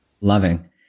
Loving